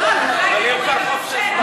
אולי תדברי גם על זה.